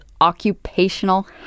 occupational